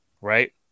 Right